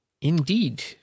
Indeed